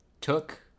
took